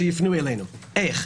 שיפנו אלינו, איך?